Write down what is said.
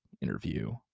interview